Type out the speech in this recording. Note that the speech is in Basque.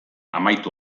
amaitu